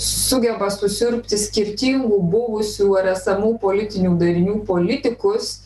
sugeba susiurbti skirtingų buvusių ar esamų politinių darinių politikus